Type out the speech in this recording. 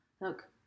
Look